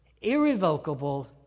irrevocable